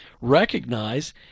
recognize